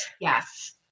Yes